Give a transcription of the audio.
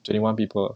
twenty one people